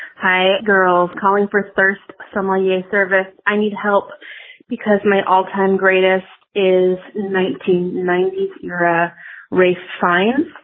hi, girls. calling for first summer, your service. i need help because my all time greatest is in nineteen ninety. you're a real science.